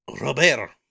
Robert